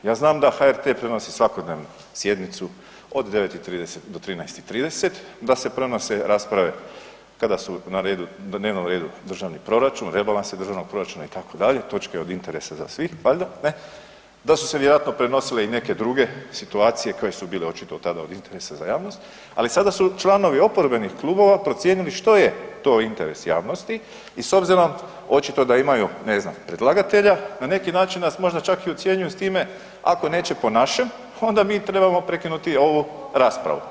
Ja znam da HRT prenosi svakodnevno sjednicu od 9,30 do 13,30, da se prenose rasprave kada su na redu, na dnevnom redu državni proračun, rebalansi državnog proračuna itd., točke od interesa za svih valjda ne, da su se vjerojatno prenosile i neke druge situacije koje su bile očito tada od interesa za javnost, ali sada su članovi oporbenih klubova procijenili što je to interes javnosti i s obzirom da očito imaju ne znam predlagatelja na neki način nas možda čak i ucjenjuju s time ako neće po našem onda mi trebamo prekinuti ovu raspravu.